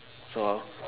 so how